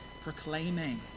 proclaiming